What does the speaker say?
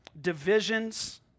divisions